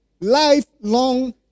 lifelong